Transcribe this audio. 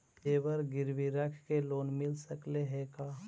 जेबर गिरबी रख के लोन मिल सकले हे का?